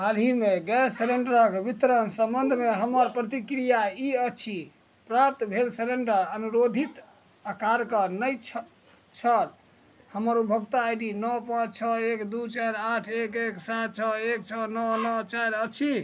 हाल ही मे गैस सिलेंडरक वितरणक संबंधमे हमर प्रतिक्रिया ई अछिः प्राप्त भेल सिलेंडर अनुरोधित आकारके नहि छल हमर उपभोक्ता आई डी नओ पॉँच छओ एक दू चारि आठ एक एक सात छओ एक छओ नओ नओ चारि अछि